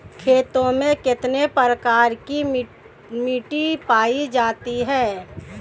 खेतों में कितने प्रकार की मिटी पायी जाती हैं?